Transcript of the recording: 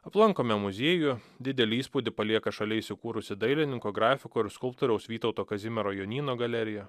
aplankome muziejų didelį įspūdį palieka šalia įsikūrusi dailininko grafiko ir skulptoriaus vytauto kazimiero jonyno galerija